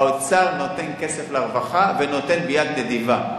האוצר נותן כסף לרווחה, ונותן ביד נדיבה.